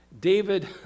David